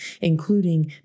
including